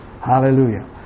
Hallelujah